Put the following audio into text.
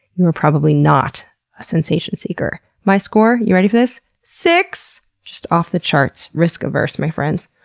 you were probably not a sensation seeker. my score you ready for this? six! just off the-charts risk averse my friends.